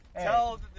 Tell